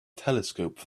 telescope